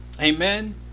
Amen